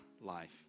life